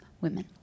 women